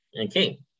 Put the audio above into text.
Okay